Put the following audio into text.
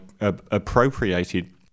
appropriated